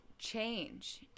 change